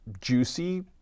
juicy